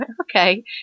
okay